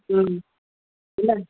ಹ್ಞೂ ಇಲ್ಲ